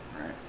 right